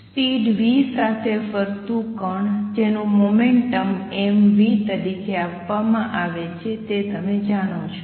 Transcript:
speed v સાથે ફરતું કણ જેનું મોમેંટમ mv તરીકે આપવામાં આવે છે તે તમે જાણો છો